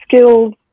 skills